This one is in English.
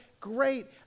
great